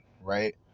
right